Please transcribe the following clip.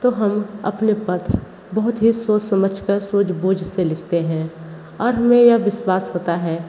तो हम अपने पत्र बहुत ही सोच समझ कर सूझ बुझ से लिखते हैं और हमें यह विश्वास होता है